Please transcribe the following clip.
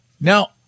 now